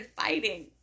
fighting